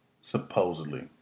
supposedly